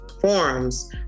forums